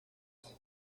ist